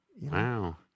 wow